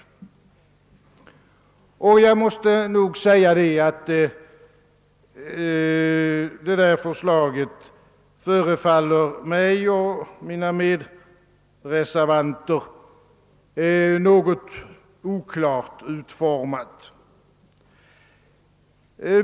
Jag måste nog säga att detta förslag förefaller mig och mina medreservanter något oklart utformat.